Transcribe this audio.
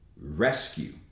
rescue